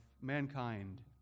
mankind